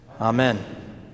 Amen